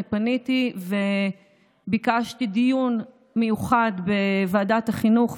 אני פניתי וביקשתי דיון מיוחד בוועדת החינוך,